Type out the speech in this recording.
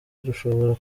rushobora